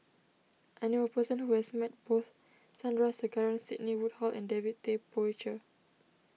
I knew a person who has met both Sandrasegaran Sidney Woodhull and David Tay Poey Cher